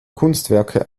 kunstwerke